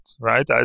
right